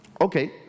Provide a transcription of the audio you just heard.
Okay